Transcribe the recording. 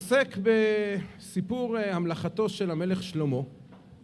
נעסק בסיפור המלכתו של המלך שלמה